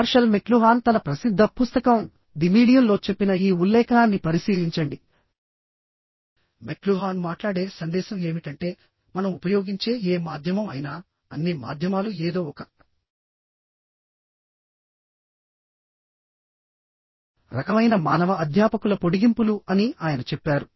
martial McLuhan తన ప్రసిద్ధ పుస్తకం ది మీడియం లో చెప్పిన ఈ ఉల్లేఖనాన్ని పరిశీలించండి మెక్లుహాన్ మాట్లాడే సందేశం ఏమిటంటే మనం ఉపయోగించే ఏ మాధ్యమం అయినా అన్ని మాధ్యమాలు ఏదో ఒక రకమైన మానవ అధ్యాపకుల పొడిగింపులు అని ఆయన చెప్పారు